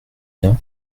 bien